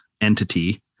entity